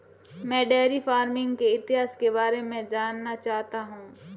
मैं dairy farming के इतिहास के बारे में जानना चाहता हूं